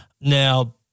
Now